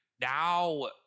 Now